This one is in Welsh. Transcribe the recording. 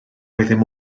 oeddym